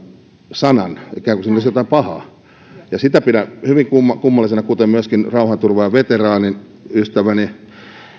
sanan ikään kuin siinä olisi jotain pahaa sitä pidän hyvin kummallisena kuten myöskin rauhanturvaajaveteraaniystäväni